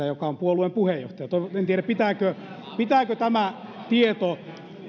joka on puolueen puheenjohtaja ei olisi allekirjoittanut tätä en tiedä pitääkö pitääkö tämä tieto